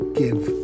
give